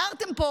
הערתם פה,